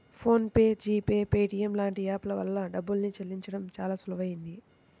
phone pay, GPay, Paytm లాంటి app ల వల్ల డబ్బుల్ని చెల్లించడం చానా సులువయ్యింది